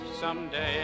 someday